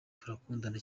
turakundana